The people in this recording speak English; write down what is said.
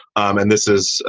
um and this is,